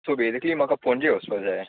so basically म्हाका पणजे वचपा जाय